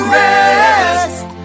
rest